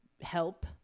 help